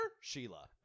Sheila